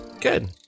Good